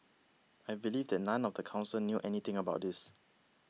I believe that none of the council knew anything about this